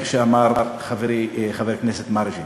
כמו שאמר חברי חבר הכנסת מרגי,